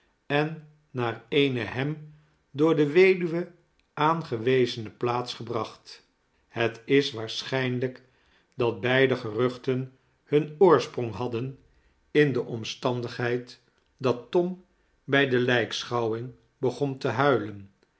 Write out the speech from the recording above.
en naar eene hem door de weduwe aangewezene plaats gebracht het is waarschijnlijk dat beide geruchten hun oorsprong hadden in de omstandigheid dat tom bij de lijkschouwing begon te huilen